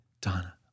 Donna